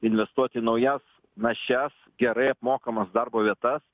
investuot į naujas našias gerai apmokamas darbo vietas